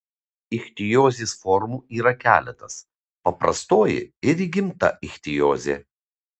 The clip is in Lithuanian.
ichtiozės formų yra keletas paprastoji ir įgimta ichtiozė